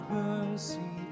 mercy